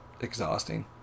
exhausting